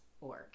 org